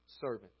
servant